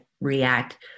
react